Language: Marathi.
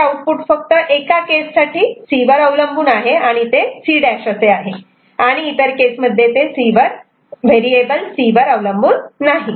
इथे आउटपुट फक्त एका केससाठी C वर अवलंबून आहे व ते C' आहे आणि आणि इतर केसमध्ये ते C वर अवलंबून नाही